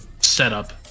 setup